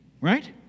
right